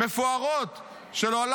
כי בטח גם אתה קורא מקור ראשון בשבת,